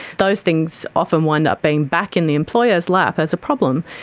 those things often wind up being back in the employer's lap as a problem.